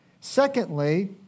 Secondly